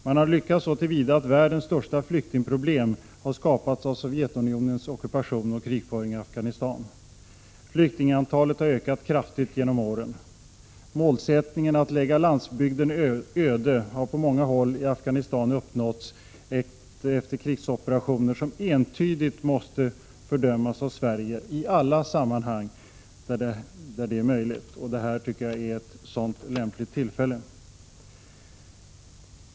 Man har lyckats så till vida att världens största flyktingproblem har skapats av Sovjetunionens ockupation och krigföring i Afghanistan. Flyktingantalet har ökat kraftigt genom åren. Målsättningen att lägga landsbygden öde har på många håll i Afghanistan uppnåtts efter krigsoperationer som entydigt måste fördömas av Sverige i alla sammanhang där det är möjligt. Detta tycker jag är ett sådant lämpligt tillfälle.